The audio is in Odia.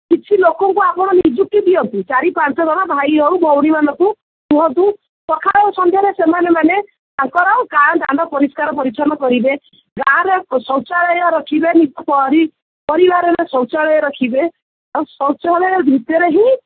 କିଛି ଲୋକଙ୍କୁ ଆପଣ ନିଯୁକ୍ତି ଦିଅନ୍ତୁ ଚାରି ପାଞ୍ଚ ଜଣ ଭାଇ ହେଉ ଭଉଣୀମାନଙ୍କୁ କୁହନ୍ତୁ ସକାଳେ ଓ ସନ୍ଧ୍ୟାରେ ସେମାନେ ମାନେ ତାଙ୍କର ଗାଁ ଦାଣ୍ଡ ପରିଷ୍କାର ପରିଚ୍ଛନ୍ନ କରିବେ ଗାଁରେ ଶୌଚାଳୟ ରଖିବେ ପରି ପରିବାରରେ ଶୌଚାଳୟ ରଖିବେ ଆଉ ଶୌଚାଳୟ ଭିତରେ ହିଁ